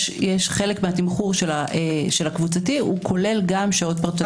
יש חלק מהתמחור של הקבוצתי כולל גם שעות פרטניות.